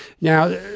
now